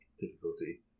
difficulty